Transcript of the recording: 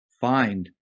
find